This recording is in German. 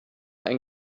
ein